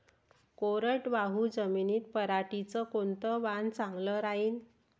कोरडवाहू जमीनीत पऱ्हाटीचं कोनतं वान चांगलं रायीन?